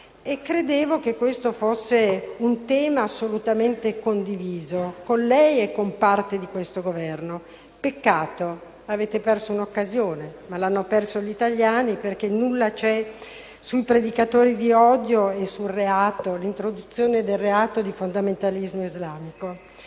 Credevo che questo fosse un tema assolutamente condiviso da lei e da parte di questo Governo. Peccato, avete perso un'occasione, ma l'hanno persa gli italiani, perché non c'è nulla sui predicatori di odio e sull'introduzione del reato di fondamentalismo islamico.